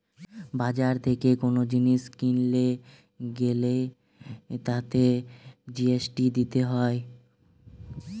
বাজার থেকে কোন জিনিস কিনতে গ্যালে তাতে জি.এস.টি দিতে হয়